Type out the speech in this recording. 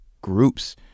groups